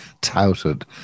touted